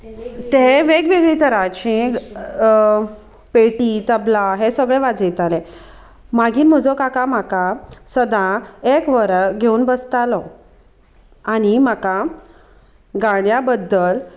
ते वेगवेगळे तरांची पेटी तबला हें सगळें वाजयताले मागीर म्हजो काका म्हाका सदां एक वर घेवन बसतालो आनी म्हाका गाण्या बद्दल